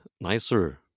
nicer